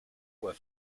were